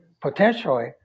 potentially